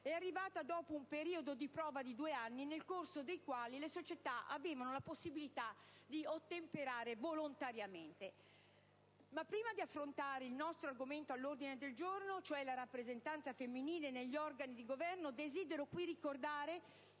è arrivata dopo un periodo di prova di due anni, nel corso dei quali le società avevano la possibilità di ottemperare volontariamente. Ma prima di affrontare il nostro argomento all'ordine del giorno, cioè la rappresentanza femminile negli organi di governo, desidero qui ricordare